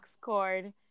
cord